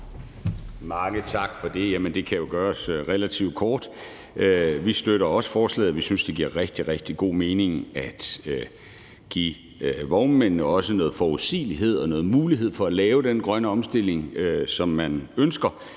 Mange tak for det. Jamen det kan jo gøres relativt kort. Vi støtter også forslaget. Vi synes, det giver rigtig, rigtig god mening også at give vognmændene noget forudsigelighed og en mulighed for at lave den grønne omstilling, som man ønsker.